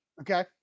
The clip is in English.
Okay